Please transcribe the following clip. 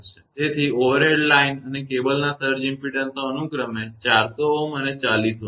તેથી overhead line અને કેબલના સર્જ ઇમપેડન્સો અનુક્રમે 400 Ω અને 40 Ω છે